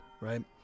right